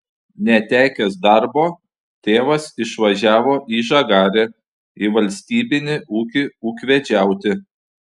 netekęs darbo tėvas išvažiavo į žagarę į valstybinį ūkį ūkvedžiauti